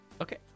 okay